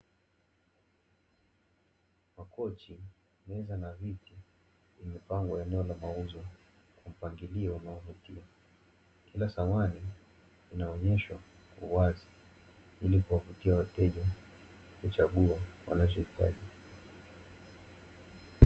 Makochi, meza na viti vimepangwa eneo la mauzo kwa mpangilio unaovutia. Kila samani inaonyeshwa kwa uwazi ili kuwavutia wateja kuchagua wanachohitaji.